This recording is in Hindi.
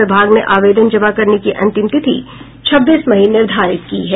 विभाग ने आवेदन जमा करने की अंतिम तिथि छब्बीस मई निर्धारित की है